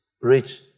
rich